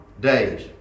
days